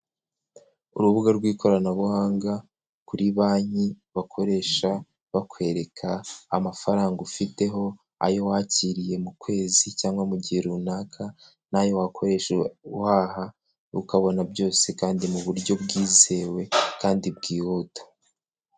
Urubuga rw'ikoranabuhanga kuri banki bakoresha bakwereka amafaranga ufiteho, ayo wakiriye mu kwezi cyangwa mu mugihe runaka, n'ayo wakoresha uhaha, ukabona byose kandi mu buryo bwizewe kandi bwihuta.